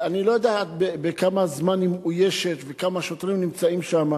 אני לא יודע כמה זמן היא מאוישת וכמה שוטרים נמצאים שם,